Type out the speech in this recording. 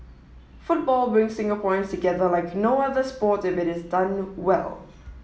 football brings Singaporeans together like no other sport if it is done well